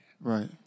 Right